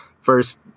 First